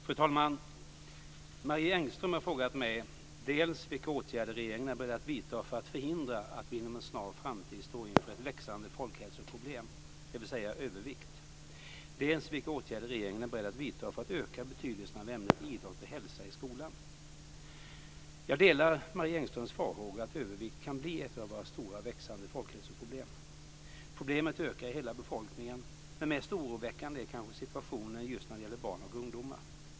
Fru talman! Marie Engström har frågat mig dels vilka åtgärder regeringen är beredd att vidta för att förhindra att vi i en snar framtid står inför ett växande folkhälsoproblem, dvs. övervikt, dels vilka åtgärder regeringen är beredd att vidta för att öka betydelsen av ämnet idrott och hälsa i skolan. Jag delar Marie Engströms farhågor att övervikt kan bli ett av våra stora växande folkhälsoproblem. Problemet ökar i hela befolkningen, men mest oroväckande är kanske situationen just när det gäller barn och ungdomar.